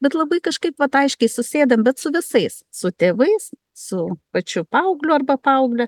bet labai kažkaip vat aiškiai susėdam bet su visais su tėvais su pačiu paaugliu arba paaugle